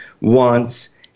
wants